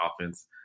offense